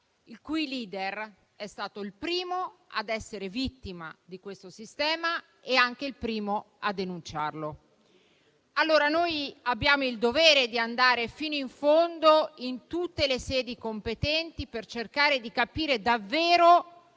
il cui *leader* è stato il primo ad essere vittima di tale sistema e anche il primo a denunciarlo. Allora, noi abbiamo il dovere di andare fino in fondo, in tutte le sedi competenti, per cercare di capire davvero